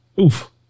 Oof